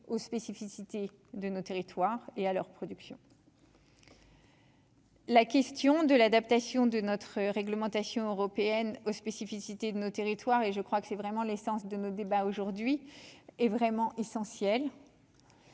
aux spécificités de nos territoires et à leur production. La question de l'adaptation de notre réglementation européenne aux spécificités de nos territoires et je crois que c'est vraiment l'essence de nos débats aujourd'hui est vraiment essentiel.